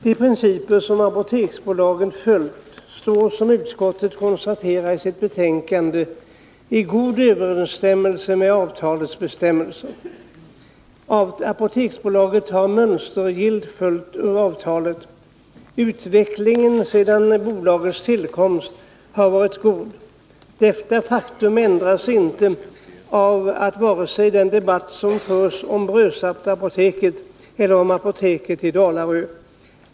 De principer som Apoteksbolaget här har följt står, som utskottet konstaterar i sitt betänkande, i god överensstämmelse med avtalets bestämmelser. Apoteksbolaget har mönstergillt följt avtalet. Utvecklingen sedan bolagets tillkomst har varit god. Detta faktum ändras inte vare sig av den debatt som förs om Brösarpsapoteket eller av den som förs om apoteket i Dalarö.